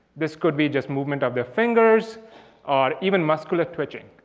this could be just movement of their fingers or even muscular twitching.